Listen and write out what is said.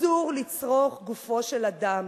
אסור לצרוך את גופו של אדם,